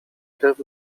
krew